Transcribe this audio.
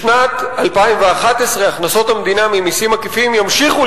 בשנת 2011 הכנסות המדינה ממסים עקיפים ימשיכו